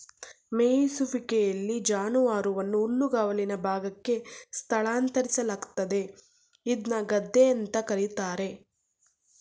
ಮೆಯಿಸುವಿಕೆಲಿ ಜಾನುವಾರುವನ್ನು ಹುಲ್ಲುಗಾವಲಿನ ಭಾಗಕ್ಕೆ ಸ್ಥಳಾಂತರಿಸಲಾಗ್ತದೆ ಇದ್ನ ಗದ್ದೆ ಅಂತ ಕರೀತಾರೆ